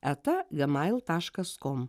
eta gmail taškas kom